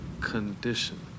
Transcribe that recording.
condition